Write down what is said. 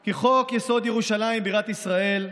כי חוק-יסוד: ירושלים בירת ישראל,